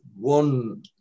one